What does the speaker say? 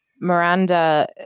miranda